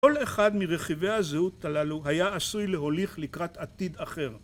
כל אחד מרכיבי הזהות הללו היה עשוי להוליך לקראת עתיד אחר.